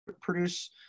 produce